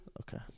Okay